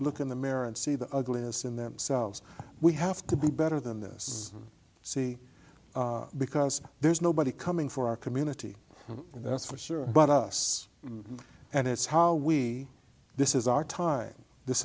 look in the mirror and see the ugliness in themselves we have to be better than this see because there's nobody coming for our community that's for sure but us and it's how we this is our time this